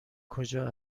کجا